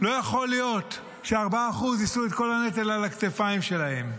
לא יכול להיות ש-4% יישאו את כל הנטל על הכתפיים שלהם.